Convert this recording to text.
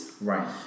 Right